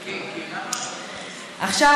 עכשיו,